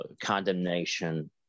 condemnation